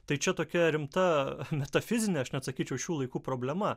tai čia tokia rimta metafizinė aš net sakyčiau šių laikų problema